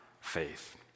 faith